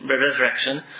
resurrection